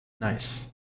Nice